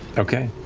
okay.